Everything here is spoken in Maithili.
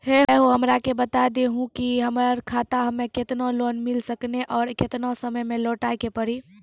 है हो हमरा के बता दहु की हमार खाता हम्मे केतना लोन मिल सकने और केतना समय मैं लौटाए के पड़ी?